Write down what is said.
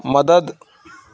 مدد